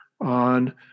on